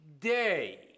day